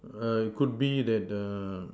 err it could be that the